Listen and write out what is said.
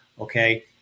Okay